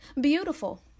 beautiful